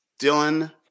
Dylan